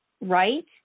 right